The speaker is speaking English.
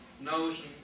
notion